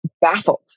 baffled